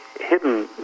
hidden